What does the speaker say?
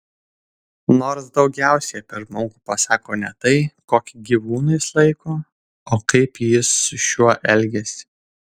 nors daugiausiai apie žmogų pasako ne tai kokį gyvūną jis laiko o kaip jis su šiuo elgiasi